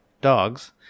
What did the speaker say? dogs